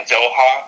Doha